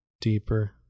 deeper